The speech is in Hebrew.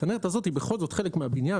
הצנרת הזאת היא בכל זאת חלק מהבניין,